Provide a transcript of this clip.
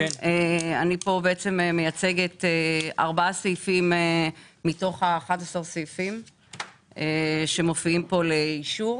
אני מייצגת ארבעה סעיפים מתוך 11 שמופיעים פה לאישור.